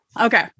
okay